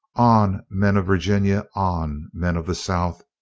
on, men of virginia! on, men of the south!